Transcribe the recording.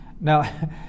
Now